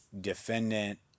defendant